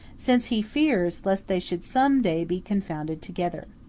since he fears lest they should some day be confounded together.